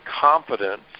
confidence